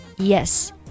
Yes